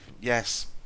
Yes